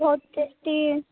ବହୁତ ଟେଷ୍ଟି